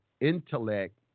intellect